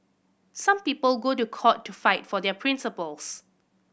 some people go to court to fight for their principles